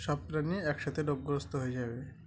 সব প্রাণী একসাথে রোগগ্রস্ত হয়ে যাবে